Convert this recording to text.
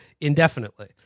indefinitely